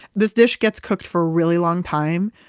this dish gets cooked for a really long time.